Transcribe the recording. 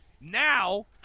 Now